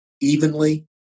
evenly